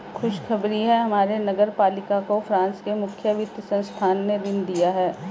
खुशखबरी है हमारे नगर पालिका को फ्रांस के मुख्य वित्त संस्थान ने ऋण दिया है